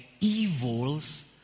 evils